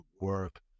work